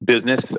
business